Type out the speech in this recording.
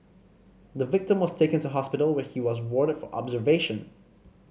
the victim was taken to hospital where he was warded for observation